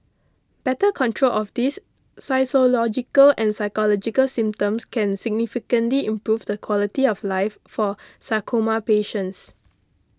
better control of these physiological and psychological symptoms can significantly improve the quality of life for sarcoma patients